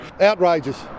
Outrageous